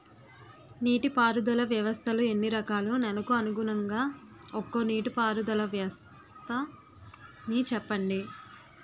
నీటి పారుదల వ్యవస్థలు ఎన్ని రకాలు? నెలకు అనుగుణంగా ఒక్కో నీటిపారుదల వ్వస్థ నీ చెప్పండి?